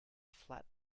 flat